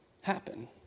happen